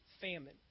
famine